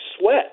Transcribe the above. sweat